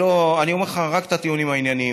אני אומר לך רק את הטיעונים הענייניים,